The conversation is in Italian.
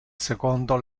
secondo